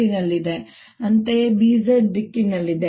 ಅಂತೆಯೇ Bz ದಿಕ್ಕಿನಲ್ಲಿದೆ